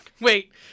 wait